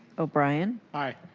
o'brien. aye.